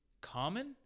common